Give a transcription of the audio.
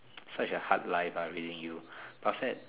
such a hard life ah raising you but after that